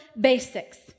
basics